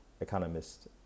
Economist